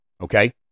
Okay